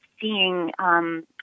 seeing